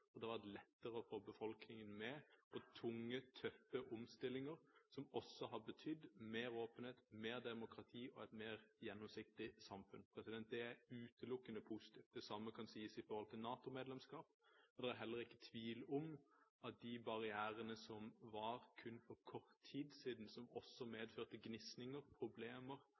og at det har vært lettere å få befolkningen med på tunge, tøffe omstillinger, som også har betydd mer åpenhet, mer demokrati og et mer gjennomsiktig samfunn. Det er utelukkende positivt. Det samme kan sies i forhold til NATO-medlemskap. Det er heller ikke tvil om at de barrierene som var for kun kort tid siden, og som også medførte gnisninger, problemer